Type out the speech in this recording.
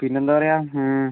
പിന്നെയെന്താ പറയുക